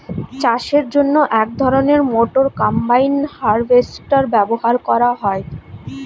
চাষের জন্য এক ধরনের মোটর কম্বাইন হারভেস্টার ব্যবহার করা হয়